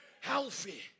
Healthy